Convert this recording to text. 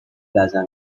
plaza